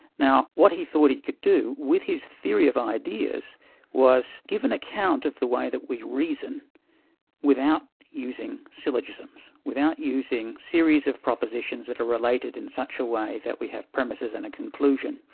now, what he thought he could do with his theory of ideas was give an account of the way that with reason without using syllogisms, without using series of propositions that are related in such a way that we have premises and a conclusion.